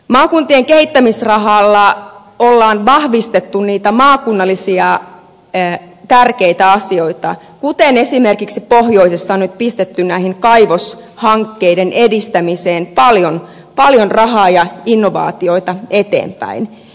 maakuntien kehittämisrahalla on vahvistettu maakunnallisia tärkeitä asioita kuten esimerkiksi pohjoisessa on nyt pistetty näiden kaivoshankkeiden edistämiseen paljon rahaa ja innovaatioita eteenpäin